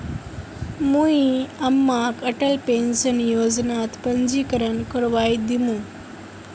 मुई अम्माक अटल पेंशन योजनात पंजीकरण करवइ दिमु